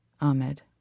Ahmed